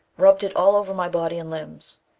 rubbed it all over my body and limbs.